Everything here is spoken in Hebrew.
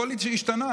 הכול השתנה.